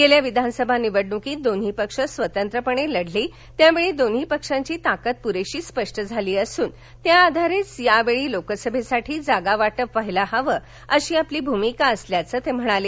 गेल्या विधानसभा निवडण्कीत दोन्ही पक्ष स्वतंत्रपणे लढले त्यावेळी दोन्ही पक्षांची ताकद पुरेशी स्पष्ट झाली असून त्याआधारेच यावेळी लोकसभेसाठी जागावाटप व्हायला हवं अशी आपली भूमिका असल्याचं ते म्हणाले